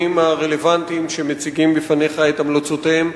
הרלוונטיים שמציגים בפניך את המלצותיהם?